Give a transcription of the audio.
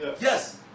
Yes